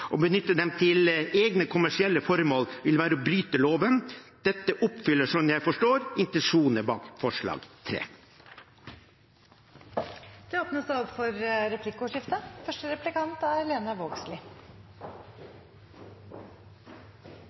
Å benytte dem til egne kommersielle formål vil være å bryte loven. Dette oppfyller, sånn jeg forstår det, intensjonene bak forslag